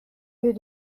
wir